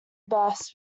bas